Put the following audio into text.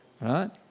right